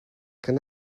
can